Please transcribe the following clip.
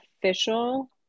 official